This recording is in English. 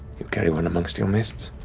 you carry one amongst your midst.